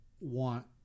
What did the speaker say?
want